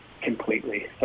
completely